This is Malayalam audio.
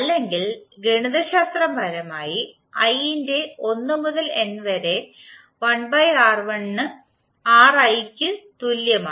അല്ലെങ്കിൽ ഗണിതശാസ്ത്രപരമായി i ന്റെ 1 മുതൽ N വരെ 1 Ri ക്കു തുല്യമാണ്